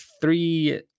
three